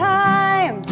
time